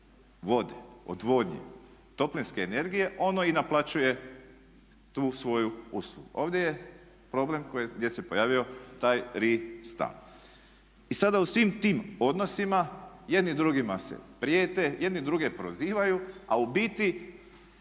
vode, odvodnje, toplinske energije ono i naplaćuje tu svoju uslugu. Ovdje je problem gdje se pojavio taj Ri Stan. I sada u svim tim odnosima jedni drugima se prijete, jedni druge prozivaju a u biti